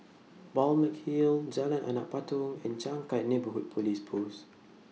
Balmeg Hill Jalan Anak Patong and Changkat Neighbourhood Police Post